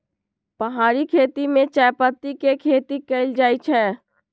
पहारि खेती में चायपत्ती के खेती कएल जाइ छै